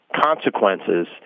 consequences